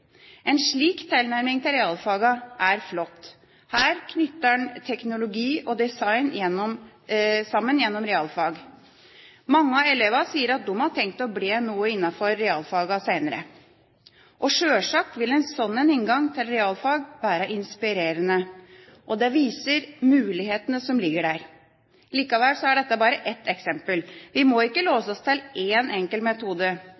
En slik tilnærming til realfagene er flott. Her knytter man teknologi og design sammen gjennom realfag. Mange av elevene sier at de har tenkt å bli noe innenfor realfagene senere. Sjølsagt vil en slik inngang til realfagene være inspirerende, og det viser mulighetene som ligger der. Likevel er dette bare ett eksempel. Vi må ikke låse oss til én enkelt metode.